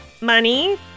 Money